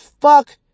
Fuck